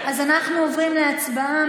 אז אנחנו עוברים להצבעה.